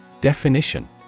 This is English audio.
Definition